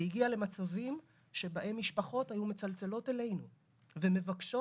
זה הגיע למצבים שבהם משפחות היו מצלצלות אלינו ומבקשות,